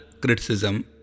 criticism